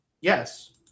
Yes